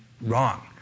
wrong